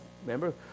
remember